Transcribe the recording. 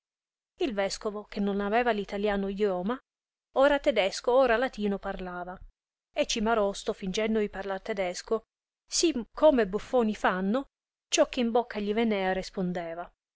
il vescovo che non aveva l italiano idioma ora tedesco ora latino parlava e cimarosto fingendo di parlar tedesco sì come e buffoni fanno ciò che in bocca gli venea respondeva